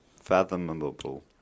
Fathomable